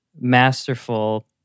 masterful